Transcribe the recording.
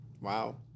Wow